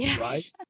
Right